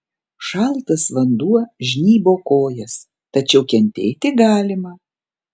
šaltas vanduo žnybo kojas tačiau kentėti galima